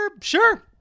sure